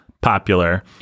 popular